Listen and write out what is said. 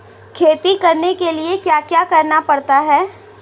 खेती करने के लिए क्या क्या करना पड़ता है?